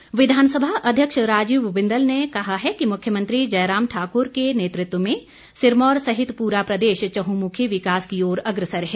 बिंदल विधानसभा अध्यक्ष राजीव बिंदल ने कहा है कि मुख्यमंत्री जयराम ठाक्र के नेतृत्व में सिरमौर सहित पूरा प्रदेश चहंमुखी विकास की ओर अग्रसर है